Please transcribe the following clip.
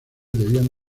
debían